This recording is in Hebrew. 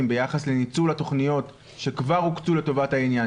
ביחס לניצול התקציבים שכבר הוקצו לעניין.